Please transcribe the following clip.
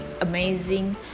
amazing